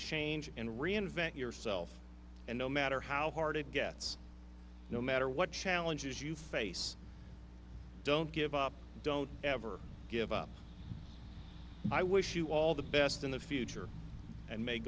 change and reinvent yourself and no matter how hard it gets no matter what challenges you face don't give up don't ever give up i wish you all the best in the future and may